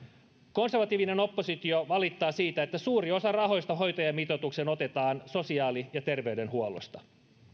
konservatiivinen oppositio valittaa siitä että suuri osa rahoista hoitajamitoitukseen otetaan sosiaali ja terveydenhuollosta